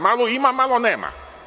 Malo ima, malo nema.